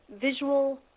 visual